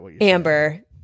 Amber